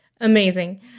amazing